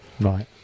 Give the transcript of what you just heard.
Right